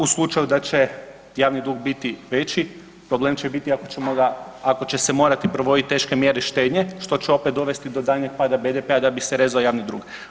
U slučaju da će javni dug biti veći problem će biti ako će se morati provoditi teške mjere štednje što će opet dovesti do daljnjeg pada BDP-a da bi se rezao javni dug.